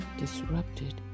disrupted